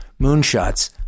moonshots